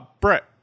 Brett